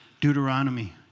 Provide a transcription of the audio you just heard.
Deuteronomy